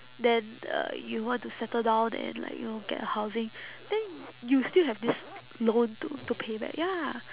then uh you want to settle down and like you know get housing then you you still have this loan to to pay back ya